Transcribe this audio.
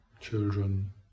children